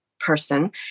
person